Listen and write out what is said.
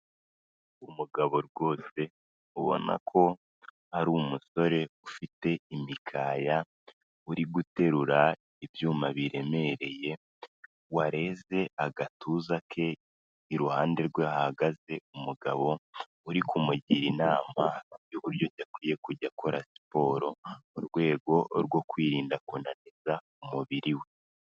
Umugabo rwose ubona ko ari umusore ufite imikaya, uri guterura ibyuma biremereye wareze agatuza ke, iruhande rwe hahagaze umugabo uri kumugira inama y'uburyo ki akwiye kujya akora siporo mu rwego rwo kwirinda kunaniza umubiri we.